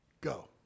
go